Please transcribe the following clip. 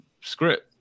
script